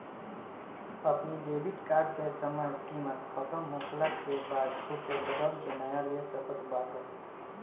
अपनी debit card के समय सीमा खतम होखला के बाद ओके बदल के नया ले सकत बाटअ